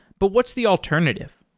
but what's the alternative?